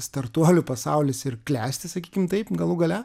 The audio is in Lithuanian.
startuolių pasaulis ir klesti sakykim taip galų gale